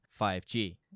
5G